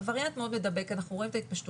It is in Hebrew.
הווריאנט הוא מאוד מדבק, אנחנו רואים את ההתפשטות